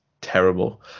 terrible